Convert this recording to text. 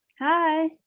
Hi